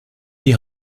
die